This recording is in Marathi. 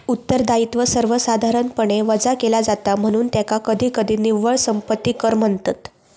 उत्तरदायित्व सर्वसाधारणपणे वजा केला जाता, म्हणून त्याका कधीकधी निव्वळ संपत्ती कर म्हणतत